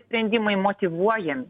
sprendimai motyvuojami